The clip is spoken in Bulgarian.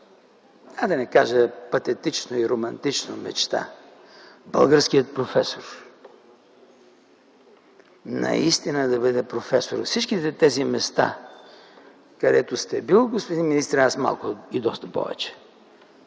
да не казвам патетична и романтична мечта: българският професор наистина да бъде професор. И всичките тези места, където сте бил, господин министре, аз в малко и доста повече,